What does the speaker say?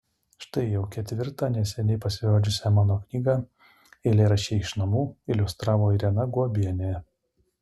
štai jau ketvirtą neseniai pasirodžiusią mano knygą eilėraščiai iš namų iliustravo irena guobienė